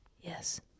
Yes